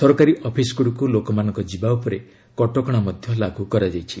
ସରକାରୀ ଅଫିସ୍ଗୁଡ଼ିକୁ ଲୋକମାନଙ୍କ ଯିବା ଉପରେ କଟକଣା ଲାଗୁ କରାଯାଇଛି